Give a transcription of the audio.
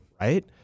Right